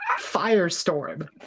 Firestorm